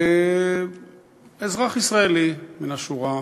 אזרח ישראלי מהשורה,